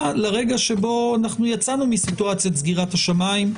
לרגע שבו אנחנו יצאנו מסיטואציית סגירת השמיים.